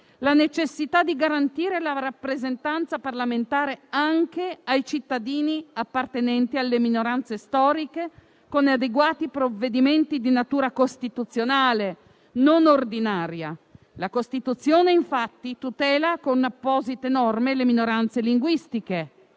la necessità di garantire la rappresentanza parlamentare anche ai cittadini appartenenti alle minoranze storiche con adeguati provvedimenti di natura costituzionale, non ordinaria. La Costituzione infatti - come sappiamo - tutela con apposite norme le minoranze linguistiche.